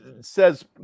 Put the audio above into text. says